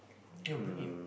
your brain